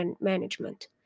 management